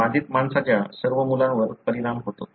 बाधित माणसाच्या सर्व मुलांवर परिणाम होतो